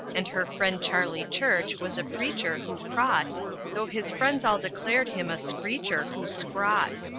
and her friend charley church was a preacher, who praught though his friends all declared him a screecher, who scraught.